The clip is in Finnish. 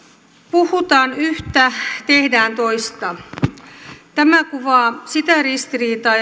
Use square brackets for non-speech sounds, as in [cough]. puhutaan yhtä tehdään toista tämä kuvaa sitä ristiriitaa [unintelligible]